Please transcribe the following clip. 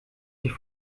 sich